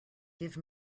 give